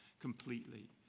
completely